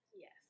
Yes